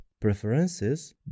preferences